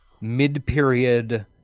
mid-period